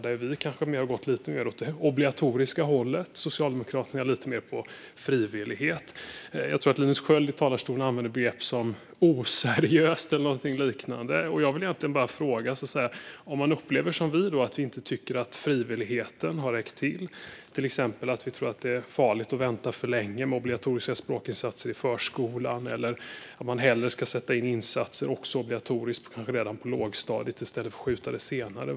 Vi har kanske gått lite mer åt det obligatoriska hållet, och Socialdemokraterna är lite mer inne på frivillighet. Jag tror att Linus Sköld har använt begrepp som oseriöst eller liknande i talarstolen. Vi upplever att frivilligheten inte har räckt till. Vi tror till exempel att det är farligt att vänta för länge med obligatoriska språkinsatser i förskolan och att man hellre ska sätta in obligatoriska insatser redan på lågstadiet i stället för att skjuta på det till senare.